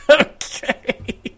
Okay